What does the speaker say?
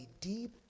deep